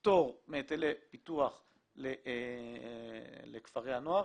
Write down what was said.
פטור מהיטלי פיתוח לכפרי הנוער,